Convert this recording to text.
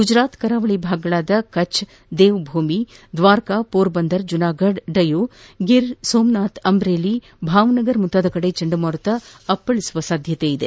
ಗುಜರಾತ್ನ ಕರಾವಳಿ ಭಾಗಗಳಾದ ಕಛ್ ದೇವಭೂಮಿ ದ್ವಾರಕ ಪೋರಬಂದರ್ ಜುನಾಗಧ ಡಯೂ ಗಿರ್ ಸೋಮನಾಥ್ ಅಂಬ್ರೇಲಿ ಭಾವನಗರ್ ಮುಂತಾದ ಕಡೆ ಚಂಡಮಾರುತ ಅಪ್ಪಳಿಸುವ ಸಾಧ್ಯತೆ ಇದೆ